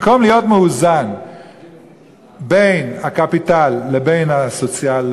במקום להיות מאוזן בין הקפיטל לבין הסוציאל,